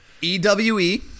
E-W-E